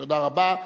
תודה רבה.